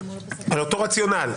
על אותו רציונל.